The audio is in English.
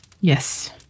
Yes